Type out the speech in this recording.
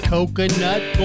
Coconut